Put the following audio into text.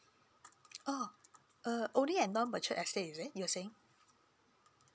oh uh only at non mature estate is it you're saying